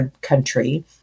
country